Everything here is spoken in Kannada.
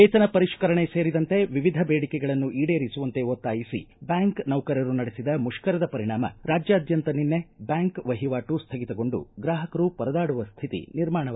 ವೇತನ ಪರಿಷ್ಠರಣೆ ಸೇರಿದಂತೆ ವಿವಿಧ ಬೇಡಿಕೆಗಳನ್ನು ಈಡೇರಿಸುವಂತೆ ಒತ್ತಾಯಿಸಿ ಬ್ಬಾಂಕ್ ನೌಕರರು ನಡೆಸಿದ ಮುಷ್ಕರದ ಪರಿಣಾಮ ರಾಜ್ವಾದ್ಯಂತ ನಿನ್ನೆ ಬ್ಯಾಂಕ್ ವಹಿವಾಟು ಸ್ವಗಿತಗೊಂಡು ಗ್ರಾಹಕರು ಪರದಾಡುವ ಸ್ಥಿತಿ ನಿರ್ಮಾಣವಾಗಿತ್ತು